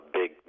big